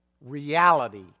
reality